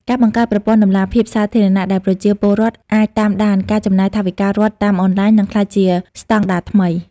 ការបង្កើតប្រព័ន្ធតម្លាភាពសាធារណៈដែលប្រជាពលរដ្ឋអាចតាមដានការចំណាយថវិការដ្ឋតាមអនឡាញ នឹងក្លាយជាស្តង់ដារថ្មី។